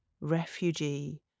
refugee